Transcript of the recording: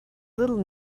little